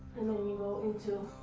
and then you go into